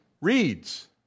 Reads